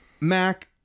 Mac